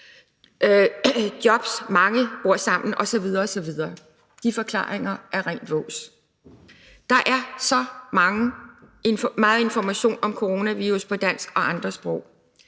og at mange bor sammen osv. osv. De forklaringer er rent vås. Der er så meget information om coronavirus på dansk og andre sprog.